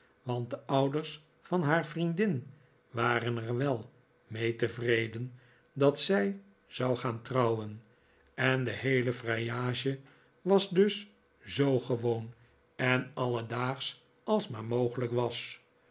want de ouders van haar vriendin waren er wel mee tevreden dat zij zou gaan trouwen en de heele vrijage was dus zoo gewoon en alledaagsch als maar mogelijk was